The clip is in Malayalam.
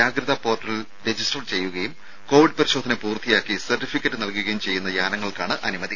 ജാഗ്രതാ പോർട്ടലിൽ രജിസ്റ്റർ ചെയ്യുകയും കോവിഡ് പരിശോധന പൂർത്തിയാക്കി സർട്ടിഫിക്കറ്റ് നൽകുകയും ചെയ്യുന്ന യാനങ്ങൾക്കാണ് അനുമതി